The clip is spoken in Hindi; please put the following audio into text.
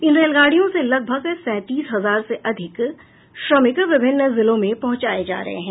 इन रेलगाड़ियों से लगभग सैंतीस हजार से अधिक श्रमिक विभिन्न जिलों में पहुंचाये जा रहे हैं